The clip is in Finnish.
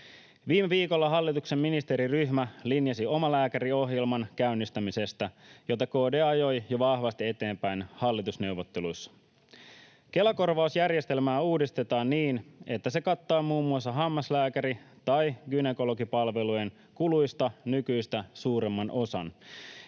Viime viikolla hallituksen ministeriryhmä linjasi omalääkäriohjelman käynnistämisestä, jota KD ajoi jo vahvasti eteenpäin hallitusneuvotteluissa. Kela-korvausjärjestelmää uudistetaan niin, että se kattaa muun muassa hammaslääkäri- tai gynekologipalvelujen kuluista nykyistä suuremman osan.